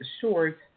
short